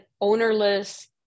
ownerless